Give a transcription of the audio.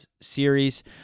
series